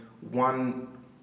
one